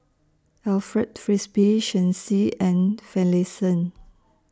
Alfred Frisby Shen Xi and Finlayson